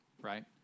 Right